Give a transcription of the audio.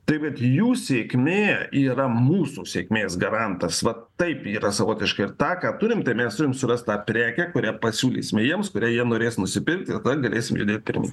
taip bet jų sėkmė yra mūsų sėkmės garantas va taip yra savotiškai ir tą ką turim tai mes turim surast tą prekę kurią pasiūlysime jiems kurią jie norės nusipirkti tada galėsim judėt pirmyn